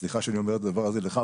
סליחה שאני אומר את הדבר הזה לך,